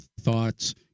thoughts